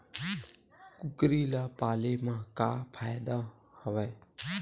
कुकरी ल पाले म का फ़ायदा हवय?